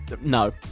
No